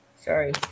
Sorry